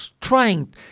trying